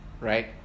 right